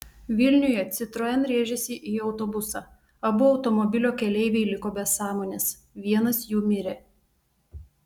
vilniuje citroen rėžėsi į autobusą abu automobilio keleiviai liko be sąmonės vienas jų mirė